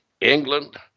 England